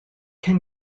can